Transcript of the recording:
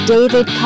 David